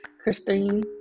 Christine